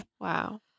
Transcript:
Wow